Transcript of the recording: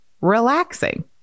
relaxing